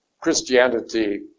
Christianity